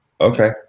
Okay